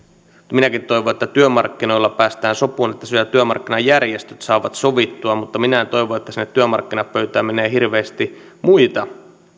minäkin toivon että työmarkkinoilla päästään sopuun että työmarkkinajärjestöt saavat sovittua mutta minä en toivo että sinne työmarkkinapöytään menee hirveästi muita